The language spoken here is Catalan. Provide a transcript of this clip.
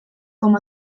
com